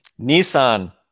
nissan